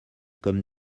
comme